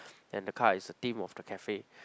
and the car is the theme of the cafe